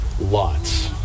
Lots